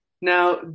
Now